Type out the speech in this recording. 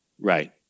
right